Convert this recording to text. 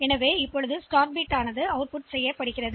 எனவே இது உண்மையில் தொடக்க பிட்டை வெளியிடுகிறது